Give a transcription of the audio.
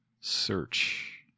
Search